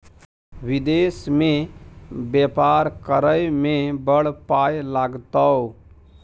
विदेश मे बेपार करय मे बड़ पाय लागतौ